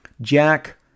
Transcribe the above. Jack